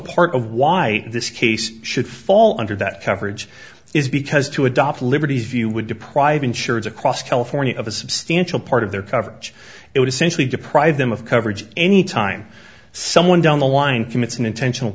part of why this case should fall under that coverage is because to adopt liberty's view would deprive insurers across california of a substantial part of their coverage it essentially deprive them of coverage any time someone down the line commits an intentional